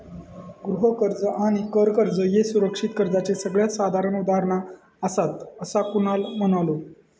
गृह कर्ज आणि कर कर्ज ह्ये सुरक्षित कर्जाचे सगळ्यात साधारण उदाहरणा आसात, असा कुणाल म्हणालो